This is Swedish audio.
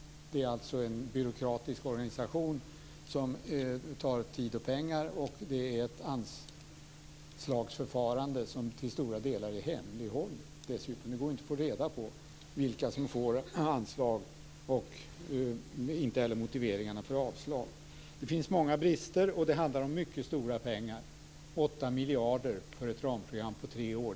Det är en byråkratisk organisation som tar tid och pengar, och det är ett anslagsförfarande som dessutom till stora delar är hemlighållet. Det går inte att få reda på vilka som får anslag och inte heller motiveringarna för avslag. Det finns många brister, och det handlar om mycket stora pengar - 8 miljarder i ett ramprogram på tre år.